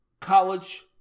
college